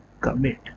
commit